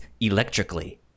electrically